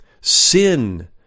sin